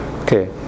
Okay